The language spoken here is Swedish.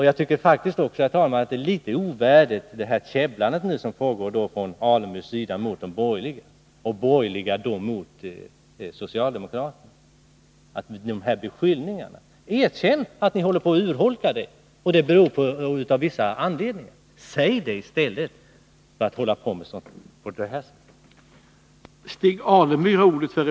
Jag tycker faktiskt, herr talman, att det käbblande som nu pågår mellan socialdemokraterna och de borgerliga med olika beskyllningar är litet ovärdigt. Erkänn att ni av vissa anledningar håller på att urholka enprocentsmålet. Säg det i stället för att hålla på så här.